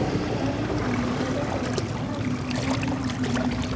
front end loader एक बड़ा engineering वाहन है